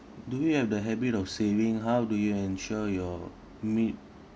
do you have the habit of saving how do you ensure your meet